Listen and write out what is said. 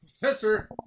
professor